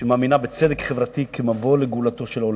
שמאמינה בצדק חברתי כמבוא לגאולתו של עולם.